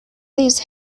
these